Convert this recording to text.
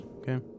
Okay